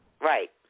Right